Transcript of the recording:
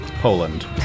Poland